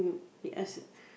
they ask